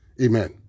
Amen